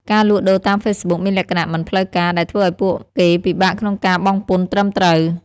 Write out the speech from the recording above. ការលក់ដូរតាមហ្វេសប៊ុកមានលក្ខណៈមិនផ្លូវការ ដែលធ្វើឱ្យពួកគេពិបាកក្នុងការបង់ពន្ធត្រឹមត្រូវ។